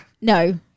no